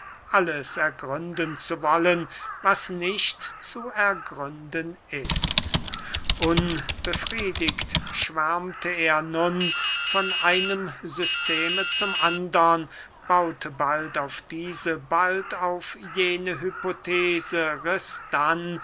alles ergründen zu wollen was nicht zu ergründen ist unbefriedigt schwärmte er nun von einem systeme zum andern baute bald auf diese bald auf jene hypothese